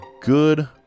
good